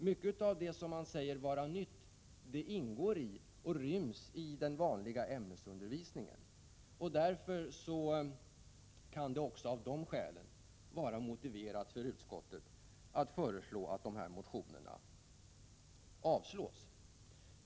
Mycket av det som man säger vara nytt ingår redan i den vanliga ämnesundervisningen. Därför är det motiverat för utskottet att föreslå att motionerna avslås.